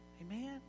Amen